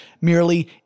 merely